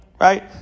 Right